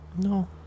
No